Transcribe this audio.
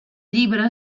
llibre